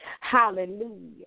hallelujah